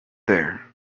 there